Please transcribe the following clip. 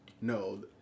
no